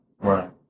Right